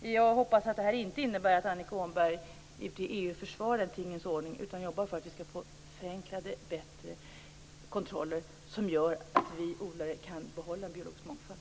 Jag hoppas att detta inte innebär att Annika Åhnberg ute i EU försvarar tingens ordning utan att hon arbetar för enklare, förbättrade kontroller som gör att vi odlare kan behålla en biologisk mångfald.